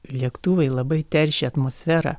lėktuvai labai teršia atmosferą